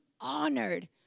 honored